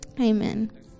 Amen